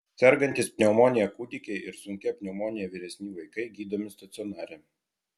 sergantys pneumonija kūdikiai ir sunkia pneumonija vyresni vaikai gydomi stacionare